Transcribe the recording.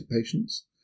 patients